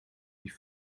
die